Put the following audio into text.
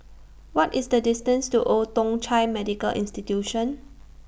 What IS The distance to Old Thong Chai Medical Institution